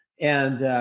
and